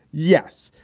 yes,